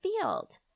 field